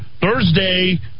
Thursday